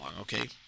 okay